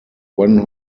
when